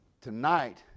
tonight